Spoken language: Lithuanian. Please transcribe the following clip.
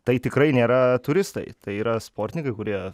tai tikrai nėra turistai tai yra sportininkai kurie